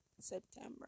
September